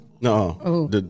no